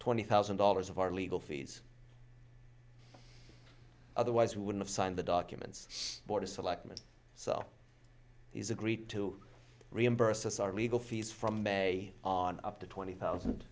twenty thousand dollars of our legal fees otherwise we would have signed the documents board of selectmen so he's agreed to reimburse us our legal fees from may on up to twenty thousand